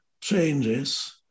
changes